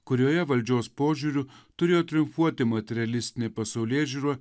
kurioje valdžios požiūriu turėjo triumfuoti materialistinė pasaulėžiūra